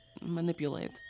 manipulate